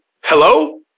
Hello